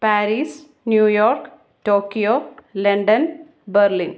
Paris New York Tokyo London Berlin